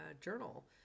journal